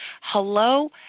hello